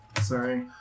Sorry